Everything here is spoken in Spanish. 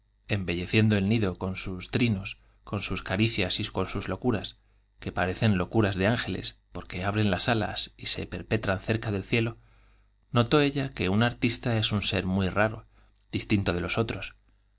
embelleciendo el nido con sus trinos con sus caricias y con sus locuras que parecen locuras de ángeles pdrque abren las alas y se perpetran cerca del cielo notó ella que un artista es un ser muy raro distinto de los otros